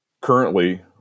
Currently